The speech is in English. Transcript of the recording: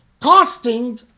Costing